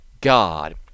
God